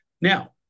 Now